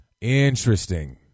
Interesting